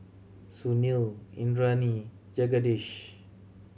Sunil Indranee Jagadish